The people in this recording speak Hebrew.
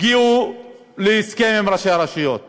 הגיעו להסכם עם ראשי הרשויות